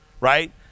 Right